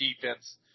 defense